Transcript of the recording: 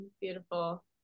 beautiful